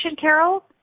Carol